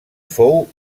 fou